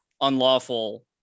unlawful